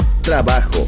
trabajo